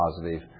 positive